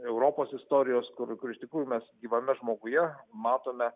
europos istorijos kur kur iš tikrųjų mes gyvame žmoguje matome